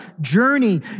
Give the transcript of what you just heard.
journey